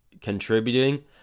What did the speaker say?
contributing